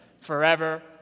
forever